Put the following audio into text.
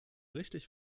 richtig